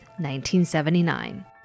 1979